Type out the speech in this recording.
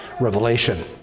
revelation